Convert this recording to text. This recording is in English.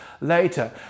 later